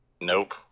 Nope